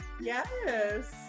yes